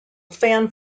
fan